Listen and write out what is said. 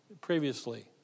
previously